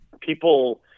people